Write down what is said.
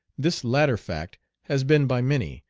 this latter fact has been by many,